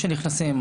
שנכנסים,